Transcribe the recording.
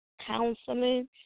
counseling